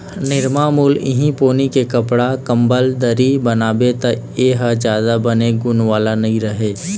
निरमामुल इहीं पोनी के कपड़ा, कंबल, दरी बनाबे त ए ह जादा बने गुन वाला नइ रहय